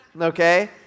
okay